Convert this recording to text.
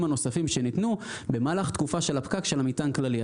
הנוספם שניתנו במהלך תקופת הפקק של מטען כללי.